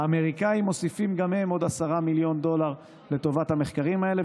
האמריקנים מוסיפים גם הם עוד 10 מיליון דולר לטובת המחקרים האלה,